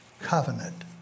covenant